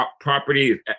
property